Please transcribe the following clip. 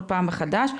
כל פעם מחדש.